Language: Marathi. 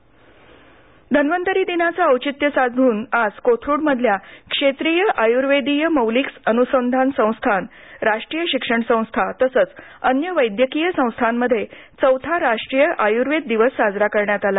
धन्वंतरी दिन प्रसाद मेघना धन्वंतरी दिनाचं औपित्य साधून आज कोथरुडमधल्या क्षेत्रिय आयुर्वेदीय मौलिक अनुसंधान संस्थान राष्ट्रीय शिक्षण संस्था तसंच अन्य वैद्यकीय संस्थांमध्ये चौथा राष्ट्रीय आयुर्वेद दिवस साजरा करण्यात आला